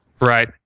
Right